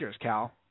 Cal